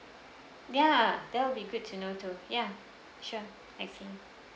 ya that will be good to know too ya sure excellent